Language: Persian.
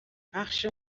بخش